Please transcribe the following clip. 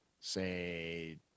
say